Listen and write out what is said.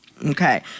Okay